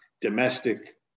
domestic